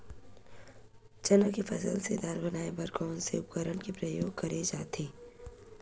चना के फसल से दाल बनाये बर कोन से उपकरण के उपयोग करे जाथे?